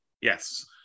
Yes